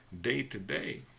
day-to-day